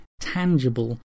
tangible